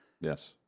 Yes